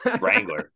Wrangler